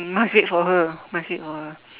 must wait for her must wait for her